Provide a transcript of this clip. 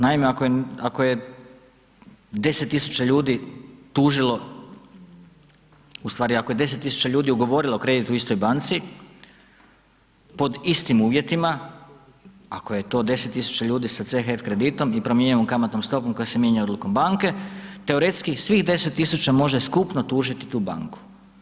Naime ako je 10 tisuća ljudi tužilo, ustvari ako je 10 tisuća ljudi ugovorilo kredit u istoj banci pod istim uvjetima, ako je to 10 tisuća ljudi sa CHF kreditom i promjenjivom kamatnom stopom koja se mijenja odlukom banke teoretski svih 10 tisuća može skupno tužiti tu banku.